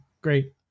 great